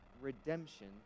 redemption